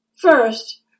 First